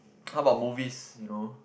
how about movies you know